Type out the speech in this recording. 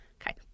Okay